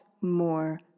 more